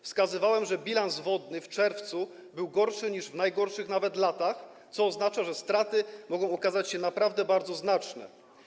Wskazywałem, że bilans wodny w czerwcu był gorszy niż w najgorszych latach, co oznacza, że straty mogą okazać się naprawdę znaczne.